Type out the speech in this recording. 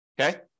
okay